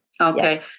Okay